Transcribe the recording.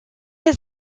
his